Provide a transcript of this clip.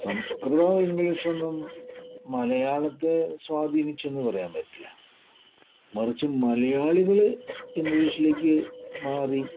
സംസ്കൃതവും ഇംഗ്ലീഷുമൊന്നും മലയാളത്തെ സ്വാധീനിച്ചു എനു പറയാൻ പറ്റില്ല മറിച്ച് മലയാളികൾ ഇംഗ്ലീഷിലേക്ക് മാറി